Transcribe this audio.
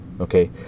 okay